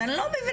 אז אני לא מבינה,